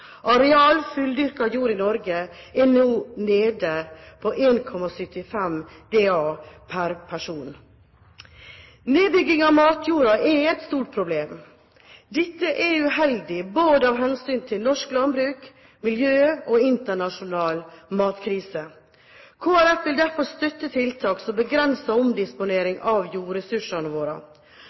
fulldyrket jord i Norge er nå nede på 1,75 daa per person. Nedbygging av matjord er et stort problem. Dette er uheldig både av hensyn til norsk landbruk, miljø og internasjonal matkrise. Kristelig Folkeparti vil derfor støtte tiltak som begrenser omdisponering av jordressursene våre.